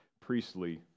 priestly